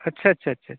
अच्छा अच्छा अच्छा अच्छा